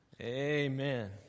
amen